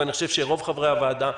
ואני חושב שגם רוב חברי הוועדה,